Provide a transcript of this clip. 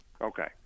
Okay